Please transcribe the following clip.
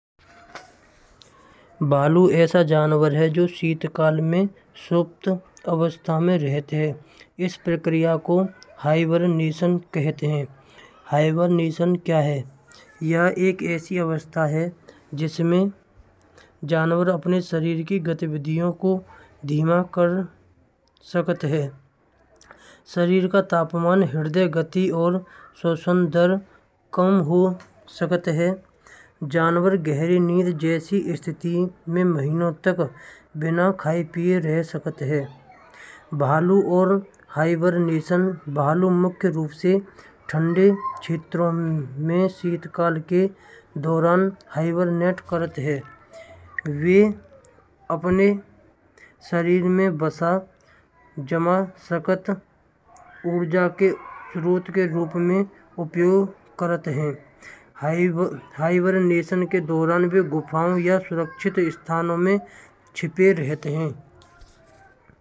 भालू ऐसा जानवर है जो शीतकाल में सुप्त अवस्था में रहता है। इस प्रक्रिया को हाईबरनेशन कहते हैं। हाइबरनेशन क्या है? यह एक ऐसी अवस्था है। जिसमें जानवर अपने शरीर की गतिविधियों को धीमा कर सकते हैं। शरीर का तापमान हृदय गति और स्वसनदर काम हो सकता है। जानवर गहरी नींद जैसी स्थिति में महीनों तक बिना खाए पीए रह सकते हैं। भालू और हाइबरनेशन भालू मुख्य रूप से ठंडे क्षेत्र में शीतल के दौरान हाइबरनेट कराते हैं। वे अपने शरीर में बसा जमा सकत ऊर्जा के स्रोत के रूप में उपयोग करते हैं। हाइबरनेशन के दौरान, वे गुफाओं या सुरक्षित स्थानों में छुपे रहते हैं।